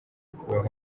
kubaho